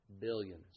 Billions